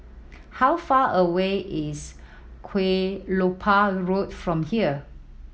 how far away is Kelopak Road from here